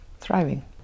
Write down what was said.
thriving